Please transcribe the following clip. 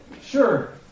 Sure